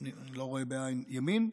אני לא רואה בעין ימין,